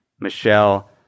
Michelle